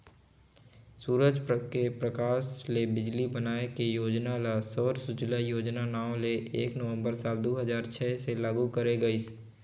सूरज के परकास ले बिजली बनाए के योजना ल सौर सूजला योजना नांव ले एक नवंबर साल दू हजार छै से लागू करे गईस